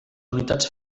unitats